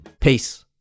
Peace